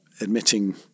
admitting